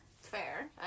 Fair